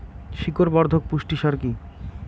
শিকড় বর্ধক পুষ্টি সার কি?